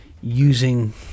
using